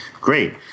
Great